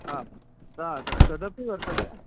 आम् तदपि वर्तते